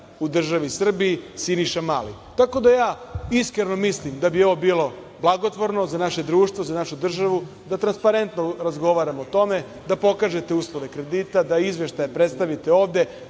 u državi Srbiji Siniša Mali. Tako da ja iskreno mislim da bi ovo bilo blagotvorno za naše društvo, za našu državu, da transparentno razgovaramo o tome, da pokažete uslove kredita, da izveštaje predstavite ovde,